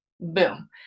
Boom